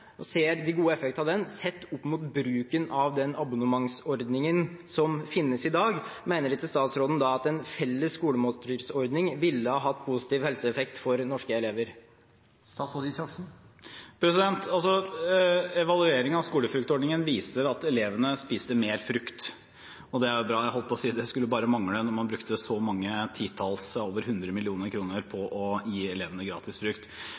sett opp mot bruken av den abonnementsordningen som finnes i dag, mener ikke statsråden da at en felles skolemåltidsordning ville ha hatt positiv helseeffekt for norske elever? Evaluering av skolefruktordningen viser at elevene spiste mer frukt, og det er bra. Jeg holdt på å si: Det skulle bare mangle når man brukte så mange titalls millioner, ja over hundre millioner kroner på å gi elevene